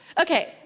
okay